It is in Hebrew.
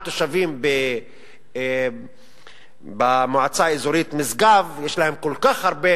תושבים במועצה האזורית משגב יש כל כך הרבה,